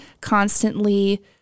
constantly